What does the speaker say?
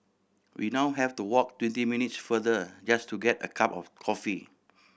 we now have to walk twenty minutes farther just to get a cup of coffee